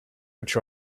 which